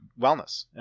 wellness